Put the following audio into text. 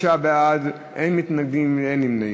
35 בעד, אין מתנגדים, אין נמנעים.